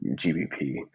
GBP